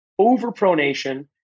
overpronation